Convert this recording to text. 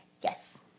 yes